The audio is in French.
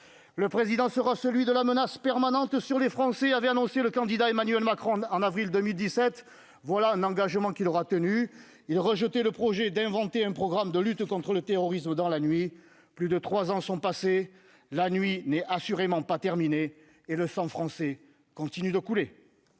Le Président sera celui de la menace permanente sur les Français » avait annoncé le candidat Emmanuel Macron en avril 2017. Voilà un engagement qu'il aura tenu ! Il rejetait le projet d'inventer un programme de lutte contre le terrorisme dans la nuit. Plus de trois ans ont passé, la nuit n'est assurément pas terminée, et le sang français continue de couler.